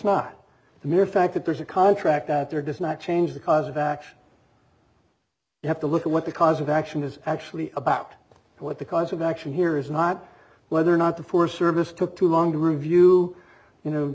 not the mere fact that there's a contract out there does not change the cause of action you have to look at what the cause of action is actually about what the cause of action here is not whether or not the forest service took too long to review